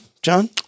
John